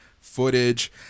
footage